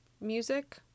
music